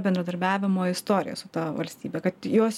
bendradarbiavimo istoriją su ta valstybe kad jos